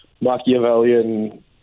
Machiavellian